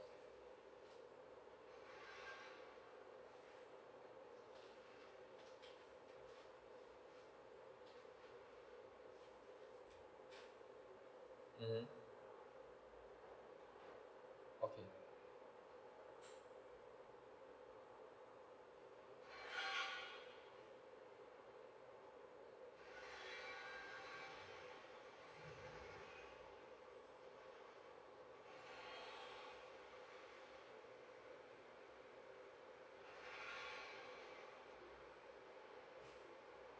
mm okay